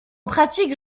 pratique